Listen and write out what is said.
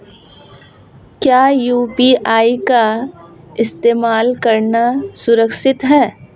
क्या यू.पी.आई का इस्तेमाल करना सुरक्षित है?